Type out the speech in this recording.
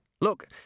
Look